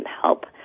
help